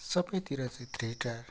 सबैतिर चाहिँ three tyre